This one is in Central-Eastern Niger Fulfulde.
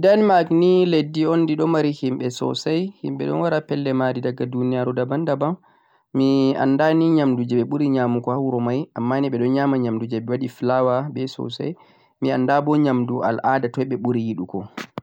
leddi Denmark ni leddi on ndi ɗoo mari himɓe soosay, himɓe ɗon wara pelle ma'ri diga duuniyaaru 'daban-daban', mi annda ni nyaamndu jee ɓe ɓuri nyaamugo ha wuro may ammaa ni ɓe ɗon nyaama nyaamndu jee ɓe waɗi flour be soosay, mi annda bo nyaamndu al'aada toy ɓe ɓuri yiɗugo.